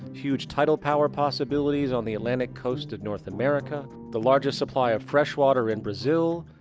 huge tidal power possibilities on the atlantic coast of north america, the largest supply of fresh water in brazil,